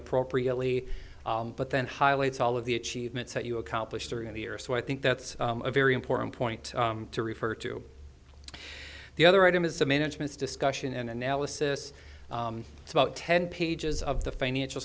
appropriately but then highlights all of the achievements that you accomplished or in the year so i think that's a very important point to refer to the other item is the management's discussion and analysis it's about ten pages of the financial